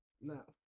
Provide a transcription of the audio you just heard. No